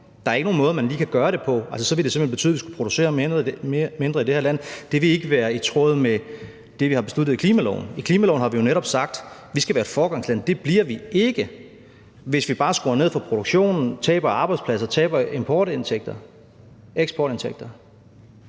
Der er ikke nogen måder, man lige kan gøre det på. Altså, så ville det simpelt hen betyde, at vi skulle producere mindre i det her land, og det ville ikke være i tråd med det, vi har besluttet i klimaloven. I klimaloven har vi jo netop sagt, at vi skal være et foregangsland. Det bliver vi ikke, hvis vi bare skruer ned for produktionen, taber arbejdspladser og taber eksportindtægter.